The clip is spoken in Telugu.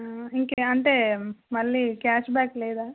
ఇంక అంటే మళ్ళీ క్యాష్బ్యాక్ లేదా